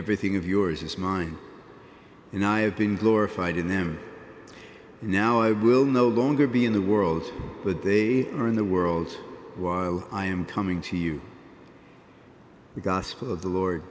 everything of yours is mine and i have been glorified in them and now i will no longer be in the world but they are in the world while i am coming to you the gospel of the lord